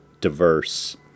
diverse